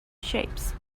shapes